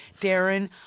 Darren